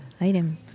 item